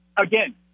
again